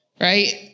right